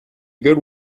good